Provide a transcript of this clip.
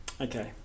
Okay